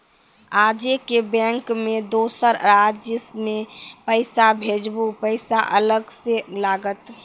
आजे के बैंक मे दोसर राज्य मे पैसा भेजबऽ पैसा अलग से लागत?